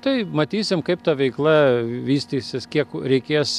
tai matysime kaip ta veikla vystysis kiek reikės